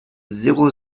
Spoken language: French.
zéro